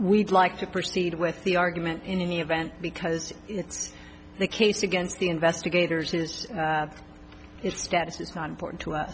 we'd like to proceed with the argument in any event because it's the case against investigators is its status is not important to us